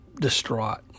distraught